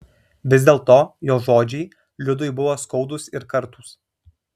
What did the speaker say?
vis dėlto jo žodžiai liudui buvo skaudūs ir kartūs